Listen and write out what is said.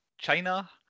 China